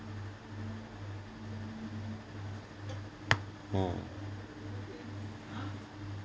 hmm